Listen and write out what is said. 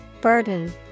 Burden